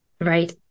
Right